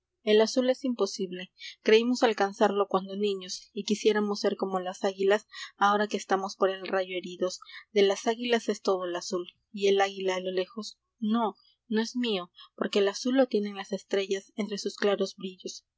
el azul es imposible creimos alcanzarlo cuando niños y quisiéramos ser como las águilas ahora que estamos por el rayo heridos de las águilas es todo el azul y el aguila a lo lejos no no es mío porque el azul lo tienen las estrellas entre sus claros brillos